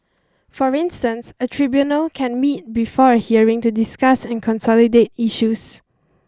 for instance a tribunal can meet before a hearing to discuss and consolidate issues